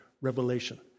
Revelation